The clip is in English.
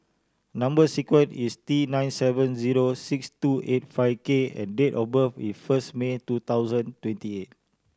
number sequence is T nine seven zero six two eight five K and date of birth is first May two thousand twenty eight